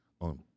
on